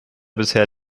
bisher